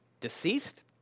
deceased